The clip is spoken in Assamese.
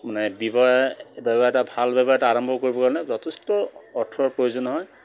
মানে ব্যৱসায় ব্যৱসায় এটা ভাল ব্যৱসায় এটা আৰম্ভ কৰিবৰ কাৰণে যথেষ্ট অৰ্থৰ প্ৰয়োজন হয়